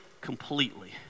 completely